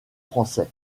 français